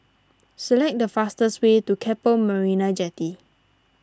select the fastest way to Keppel Marina Jetty